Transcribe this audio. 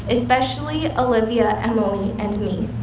especially olivia, emily, and me.